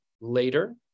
later